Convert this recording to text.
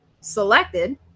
selected